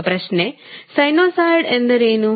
ಈಗ ಪ್ರಶ್ನೆ ಸೈನುಸಾಯ್ಡ್ ಎಂದರೇನು